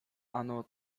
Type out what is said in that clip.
ano